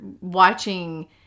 watching